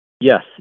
Yes